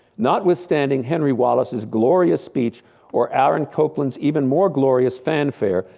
notwithstanding henry wallace's glorious speech or aaron copland's even more glorious fanfare,